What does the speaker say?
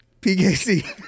PKC